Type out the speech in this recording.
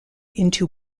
into